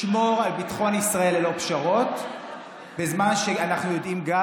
לשמור על ביטחון ישראל ללא פשרות בזמן שאנחנו יודעים גם